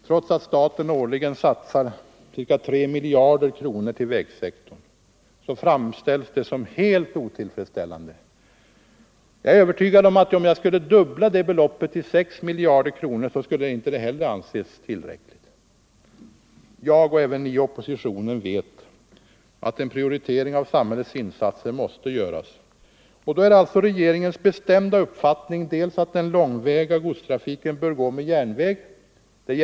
Trots att staten årligen satsar ca 3 miljarder på vägsektorn framställs det som helt otillfredsställande. Även om jag skulle fördubbla det beloppet — till Nr 128 6 miljarder kronor — är jag övertygad om att det ändå inte skulle anses — Tisdagen den tillräckligt. Jag — även ni i oppositionen — vet att en prioritering av sam 26 november 1974 hällets insatser måste göras. Då är det regeringens bestämda uppfattning dels att den långväga godstrafiken bör gå med järnväg, där järnvägen Ang.